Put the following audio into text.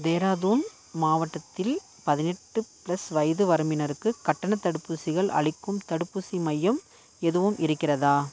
டேராதூன் மாவட்டத்தில் பதினெட்டு பிளஸ் வயது வரம்பினருக்கு கட்டணத் தடுப்பூசிகள் அளிக்கும் தடுப்பூசி மையம் எதுவும் இருக்கிறதா